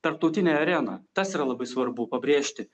tarptautinę areną tas yra labai svarbu pabrėžti